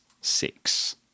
six